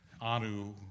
Anu